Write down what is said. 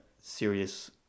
serious